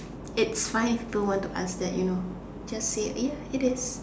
it's fine if people wants to ask that you know just say ya it is